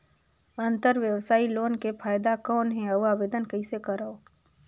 अंतरव्यवसायी लोन के फाइदा कौन हे? अउ आवेदन कइसे करव?